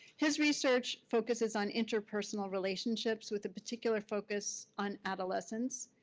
his research focuses on interpersonal relationships with a particular focus on adolescents.